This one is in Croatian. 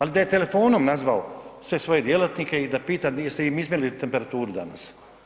Ali da je telefonom nazvao sve svoje djelatnike i da pita jeste im izmjerili temperaturu danas.